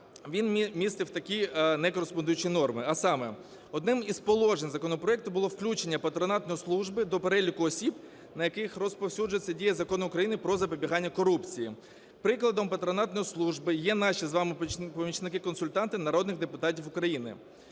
він містив такі некореспондуючі норми. А саме, одним із положень законопроекту було включення патронатної служби до переліку осіб, на яких розповсюджується дія Закону України "Про запобігання корупції". Прикладом патронатної служби є наші з вами помічники-консультанти народних депутатів України.